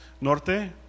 Norte